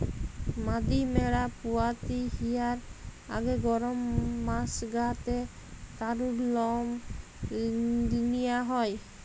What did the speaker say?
মাদি ম্যাড়া পুয়াতি হিয়ার আগে গরম মাস গা তে তারুর লম নিয়া হয়